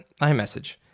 iMessage